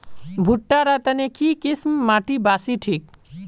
भुट्टा र तने की किसम माटी बासी ठिक?